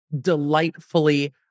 delightfully